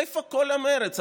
איפה כל המרץ,